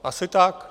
Asi tak.